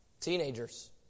Teenagers